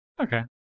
okay